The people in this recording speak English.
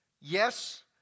Yes